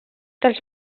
dels